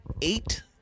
eight